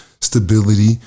stability